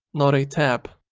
not a tap.